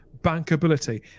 bankability